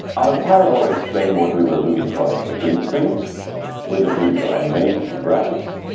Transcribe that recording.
i'll tell or explain what we will do in front of the green screen with the beautiful animations and graphics,